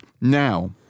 now